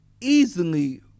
easily